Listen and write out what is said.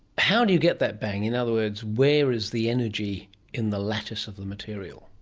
how do you get that bang, in other words where is the energy in the lattice of the material?